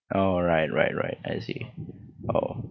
oh right right right I see oh